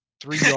three